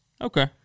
Okay